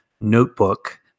notebook